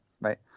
right